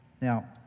Now